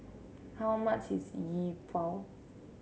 how much is Yi Bua